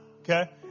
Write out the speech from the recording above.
okay